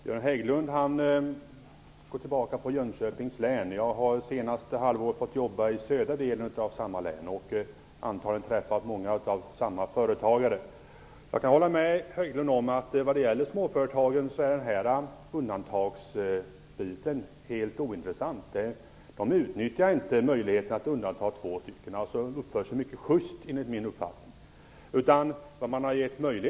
Herr talman! Göran Hägglund talar om Jönköpings län. Jag har under senaste halvåret fått jobba i södra delen av samma län och har antagligen träffat många av dessa företagare. Jag håller med Göran Hägglund om att undantagsregeln är helt ointressant för småföretagen. De utnyttjar inte möjligheten att undanta två personer. De uppför sig enligt min uppfattning mycket juste.